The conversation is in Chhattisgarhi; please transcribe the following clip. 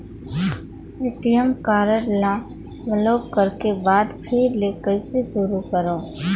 ए.टी.एम कारड ल ब्लाक के बाद फिर ले कइसे शुरू करव?